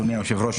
אדוני היושב ראש,